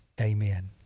Amen